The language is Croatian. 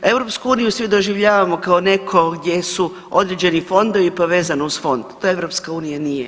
EU svi doživljavamo kao neko gdje su određeni fondovi pa vezano uz fond, to EU nije.